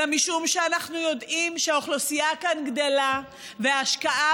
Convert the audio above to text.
אלא משום שאנחנו יודעים שהאוכלוסייה כאן גדלה וההשקעה